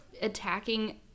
attacking